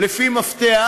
לפי מפתח